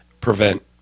prevent